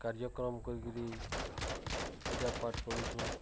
କାର୍ଯ୍ୟକ୍ରମ୍ କରିକିରି ପୂଜାପାଠ୍ କରୁଛୁଁ